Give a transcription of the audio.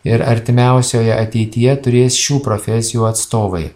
ir artimiausioje ateityje turės šių profesijų atstovai